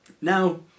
Now